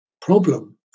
problem